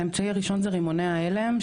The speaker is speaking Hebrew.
האמצעי הראשון זה רימוני ההלם,